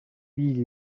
wiege